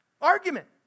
argument